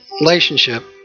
relationship